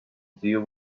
deal